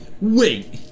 wait